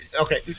okay